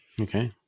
Okay